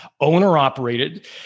owner-operated